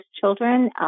children